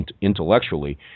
intellectually